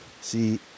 See